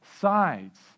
sides